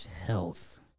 health